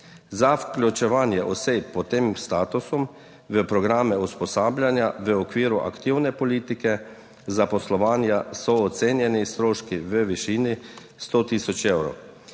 za vključevanje oseb pod tem statusom v programe usposabljanja v okviru aktivne politike zaposlovanja so ocenjeni stroški v višini 100 tisoč evrov.